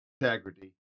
integrity